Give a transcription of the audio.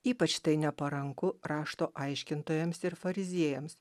ypač tai neparanku rašto aiškintojams ir fariziejams